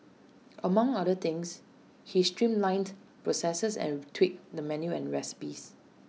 among other things he streamlined processes and tweaked the menu and recipes